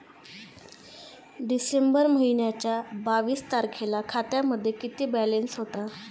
डिसेंबर महिन्याच्या बावीस तारखेला खात्यामध्ये किती बॅलन्स होता?